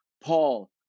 Paul